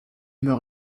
meurt